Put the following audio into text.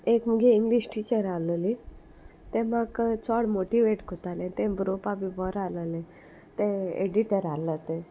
एक मुगे English teacher आहलोली तें म्हाका चोड मोटिवेट कोत्तालें तें बरोवपा बी बोरो आहलोलें तें एडिटर आहलो तें